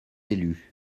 élus